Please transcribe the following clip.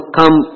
come